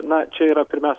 na čia yra pirmiaus